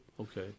Okay